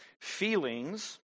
Feelings